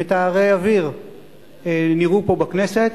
מטהרי אוויר נראו פה בכנסת,